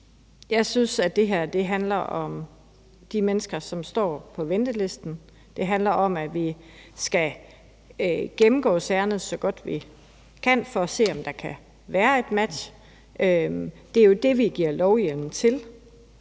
Jeg synes, at det her handler om de mennesker, som står på ventelisten. Det handler om, at vi skal gennemgå sagerne, så godt vi kan, for at se, om der kan være et match. Det er jo det, vi giver lovhjemmel til.